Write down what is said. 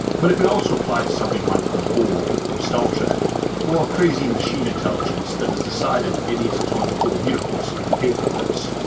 but it could also apply to something like the borg from star trek or a crazy machine intelligence that has decided it needs to turn the whole universe into paperclips.